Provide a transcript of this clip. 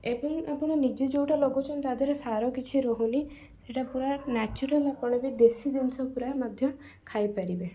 ଏବେ ହିଁ ଆପଣ ନିଜେ ଯେଉଁଟା ଲଗଉଛନ୍ତି ତାଦେହେରେ ସାର କିଛି ରହୁନି ସେଇଟା ପୁରା ନ୍ୟାଚୁରାଲ ଆପଣ ବି ଦେଶୀ ଜିନିଷ ପୁରା ମଧ୍ୟ ଖାଇପାରିବେ